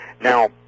Now